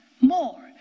more